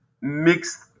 mixed